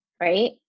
Right